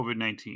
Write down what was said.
COVID-19